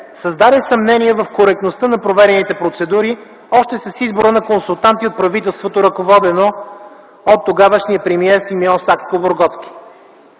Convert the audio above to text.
създаде съмнения в коректността на проведените процедури още с избора на консултанти от правителството, ръководено от тогавашния премиер Симеон Сакскобургготски.